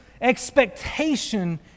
expectation